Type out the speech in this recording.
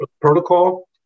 protocol